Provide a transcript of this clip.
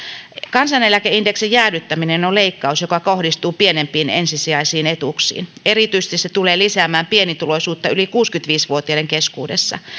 kansaneläkeindeksin jäädyttäminen on leikkaus joka kohdistuu pienempiin ensisijaisiin etuuksiin erityisesti se tulee lisäämään pienituloisuutta yli kuusikymmentäviisi vuotiaiden keskuudessa